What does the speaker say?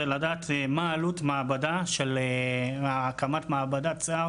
זה לדעת מה העלות מעבדה של הקמת מעבדת שיער